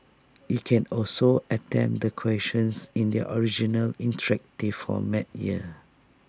you can also attempt the questions in their original interactive format here